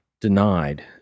denied